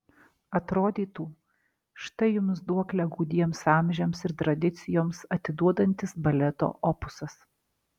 atrodytų štai jums duoklę gūdiems amžiams ir tradicijoms atiduodantis baleto opusas